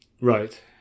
Right